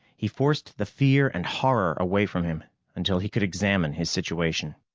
he forced the fear and horror away from him until he could examine his situation.